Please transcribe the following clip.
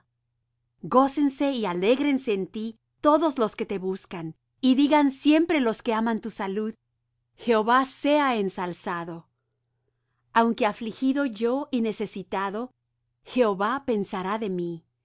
gócense y alégrense en ti todos los que te buscan y digan siempre los que aman tu salud jehová sea ensalzado aunque afligido yo y necesitado jehová pensará de mí